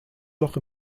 loch